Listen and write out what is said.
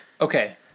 Okay